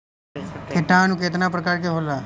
किटानु केतना प्रकार के होला?